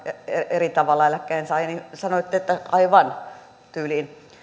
eri tavalla eläkkeensaajia sanoitte tyyliin